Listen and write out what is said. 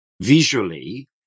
visually